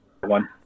One